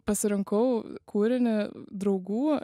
pasirinkau kūrinį draugų